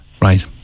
Right